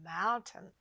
mountain